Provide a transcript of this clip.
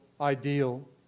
ideal